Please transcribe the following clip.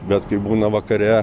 bet kai būna vakare